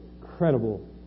incredible